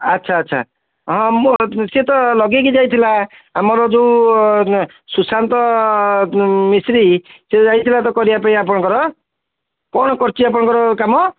ଆଚ୍ଛା ଆଚ୍ଛା ହଁ ମୁଁ ସିଏ ତ ଲଗାଇକି ଯାଇଥିଲା ଆମର ଯେଉଁ ସୁଶାନ୍ତ ମିସ୍ତ୍ରୀ ସେ ଯାଇଥିଲା ତ କରିବା ପାଇଁ ଆପଣଙ୍କର କ'ଣ କରିଛି ଆପଣଙ୍କର କାମ